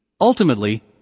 Ultimately